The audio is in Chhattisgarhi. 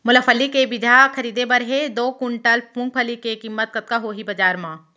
मोला फल्ली के बीजहा खरीदे बर हे दो कुंटल मूंगफली के किम्मत कतका होही बजार म?